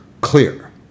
clear